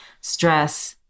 stress